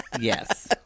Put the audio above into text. Yes